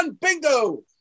Bingo